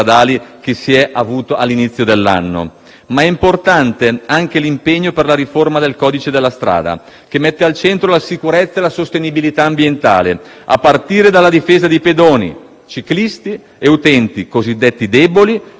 Ma è importante anche l'impegno per la riforma del codice della strada, che mette al centro la sicurezza e la sostenibilità ambientale, a partire dalla difesa di pedoni, ciclisti e utenti cosiddetti deboli, che, al contrario, vanno percepiti come un'opportunità,